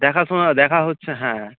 দেখার সময় দেখা হচ্ছে হ্যাঁ